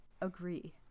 agree